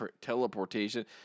teleportation